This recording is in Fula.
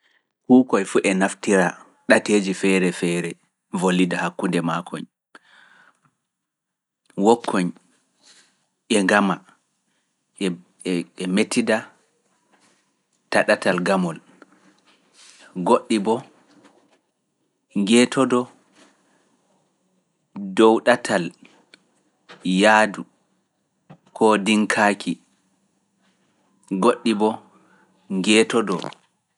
Kuukoy fu e naftira ɗateeji feere feere volida hakkude maa koñ, wokoñ e ngama e mettida taɗatal gamol, goɗɗi boo, ngeetodo dow ɗatal yaadu koo ɗiŋkaaki, ƴoƴɗi ɓo ƴeetodo.